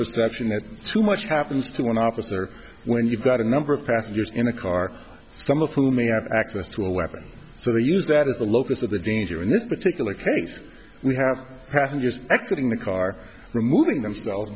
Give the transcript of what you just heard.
perception that too much happens to an officer when you've got a number of passengers in a car some of whom may have access to a weapon so they use that is the locus of the danger in this particular case we have passengers exit in the car removing themselves